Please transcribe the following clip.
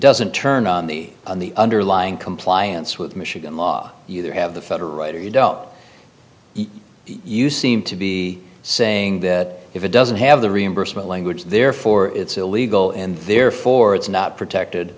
doesn't turn on the underlying compliance with michigan law either have the federal right or you doubt you seem to be saying that if it doesn't have the reimbursement language therefore it's illegal and therefore it's not protected